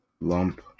lump